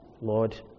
Lord